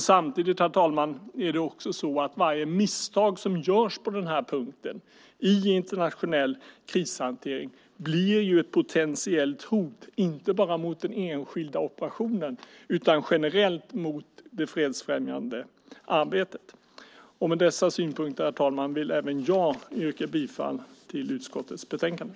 Samtidigt, herr talman, blir varje misstag som görs på denna punkt i internationell krishantering ett potentiellt hot inte bara mot den enskilda operationen utan generellt mot det fredsfrämjande arbetet. Herr talman! Med dessa synpunkter vill även jag yrka bifall till utskottets förslag i betänkandet.